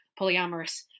polyamorous